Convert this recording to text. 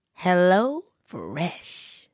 HelloFresh